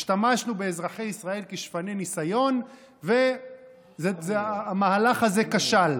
השתמשנו באזרחי ישראל כשפני ניסיון והמהלך הזה כשל.